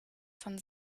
von